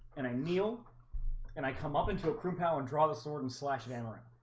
and i kneel and i come up into a crew pow and draw the sword and slash hammering